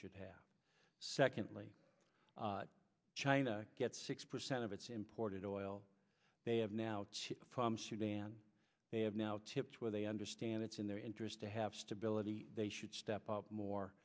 should have secondly china gets six percent of its imported oil they have now to sudan they have now tipped where they understand it's in their interest to have stability they should step up more